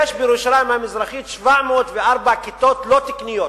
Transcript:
יש בירושלים המזרחית 704 כיתות לא תקניות,